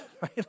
right